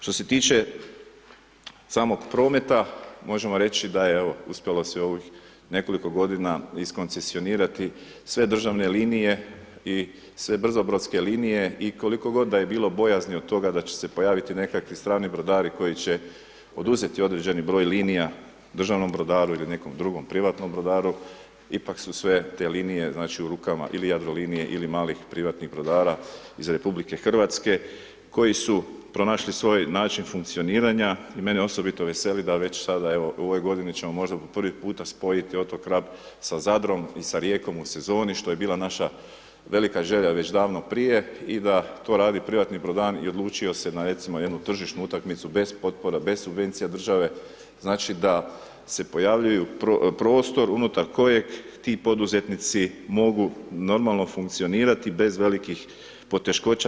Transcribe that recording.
Što se tiče samog prometa, možemo reći da evo, uspjelo sve ovih nekoliko godina iskoncesionirati sve državne linije i sve brzobrodske linije i koliko god da je bilo bojazni od toga da će se pojaviti nekakvi strani brodari koji će oduzeti određeni broj linija državnom brodaru ili nekog drugom privatnom brodaru, ipak su sve te linije u rukama ili Jadrolinije ili malih privatnih brodara iz RH koji su pronašli svoj način funkcioniranja i mene osobito veseli da već sada evo u ovoj godini ćemo možda po prvi puta spojiti otok Rab sa Zadrom i sa Rijekom u sezoni, što je bila naša velika želja već davno prije i da to radi privatni brodar i odlučio se na recimo jednu tržišnu utakmicu bez potpora, bez subvencija države, znači da se pojavljuju prostor unutar kojeg ti poduzetnici mogu normalno funkcionirati bez velikih poteškoća.